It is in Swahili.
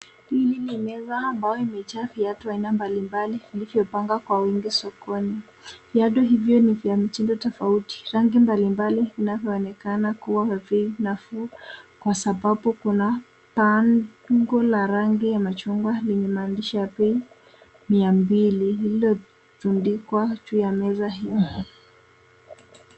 Hili ni meza ambayo imejaaa viatu aina mbalimbali vilivyo pangwa kwa uwingi sokoni. Viatu hivyo ni vya mtindo tofauti rangi mbalimbali vinavyoonekana kuwa vya bei nafuu kwa sababu kuna bango la rangi la machungwa lenye maandishi ya bei Mia mbili, lililotundikwa juu ya meza hilo.